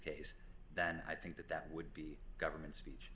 case that i think that that would be government speech